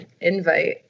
invite